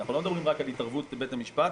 אנחנו לא מדברים רק על התערבות בבית המשפט,